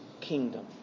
kingdom